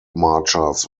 marchers